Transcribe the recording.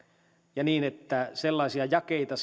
ja eihän siitä puusta sellaisia jakeita